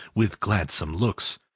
with gladsome looks,